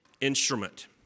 instrument